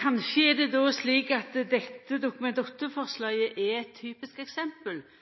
Kanskje er det slik at dette Dokument nr. 8-forslaget er eit typisk eksempel